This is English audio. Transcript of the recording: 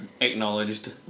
Acknowledged